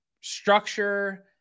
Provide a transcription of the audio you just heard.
structure